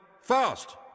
fast